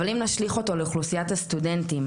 אבל אם נשליך אותו לאוכלוסיית הסטודנטים,